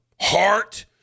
heart